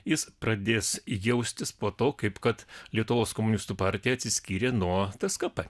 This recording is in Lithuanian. jis pradės jaustis po to kaip kad lietuvos komunistų partija atsiskyrė nuo tskp